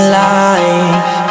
life